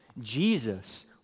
Jesus